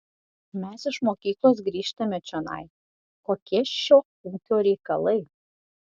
mes iš mokyklos grįžtame čionai kokie šio ūkio reikalai